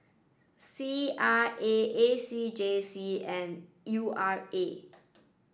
C R A A C J C and U R A